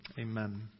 Amen